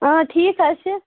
اۭں ٹھیٖک حظ چھِ